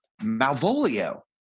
Malvolio